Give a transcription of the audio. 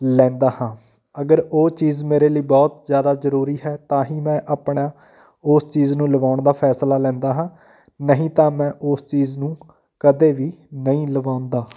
ਲੈਂਦਾ ਹਾਂ ਅਗਰ ਉਹ ਚੀਜ਼ ਮੇਰੇ ਲਈ ਬਹੁਤ ਜ਼ਿਆਦਾ ਜ਼ਰੂਰੀ ਹੈ ਤਾਂ ਹੀ ਮੈਂ ਆਪਣਾ ਉਸ ਚੀਜ਼ ਨੂੰ ਲਗਾਉਣ ਦਾ ਫੈਸਲਾ ਲੈਂਦਾ ਹਾਂ ਨਹੀਂ ਤਾਂ ਮੈਂ ਉਸ ਚੀਜ਼ ਨੂੰ ਕਦੇ ਵੀ ਨਹੀਂ ਲਵਾਉਂਦਾ